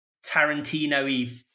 Tarantino-y